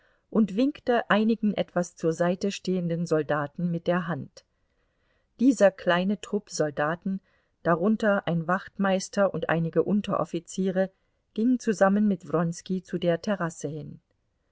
und winkte einigen etwas zur seite stehenden soldaten mit der hand dieser kleine trupp soldaten darunter ein wachtmeister und einige unteroffiziere ging zusammen mit wronski zu der terrasse hin